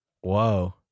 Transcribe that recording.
Whoa